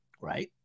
Right